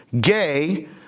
gay